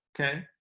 okay